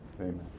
Amen